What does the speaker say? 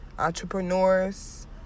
entrepreneurs